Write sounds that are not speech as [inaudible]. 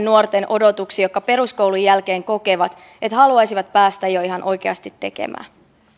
[unintelligible] nuorten odotuksiin jotka peruskoulun jälkeen kokevat että haluaisivat päästä jo ihan oikeasti tekemään